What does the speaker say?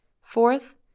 Fourth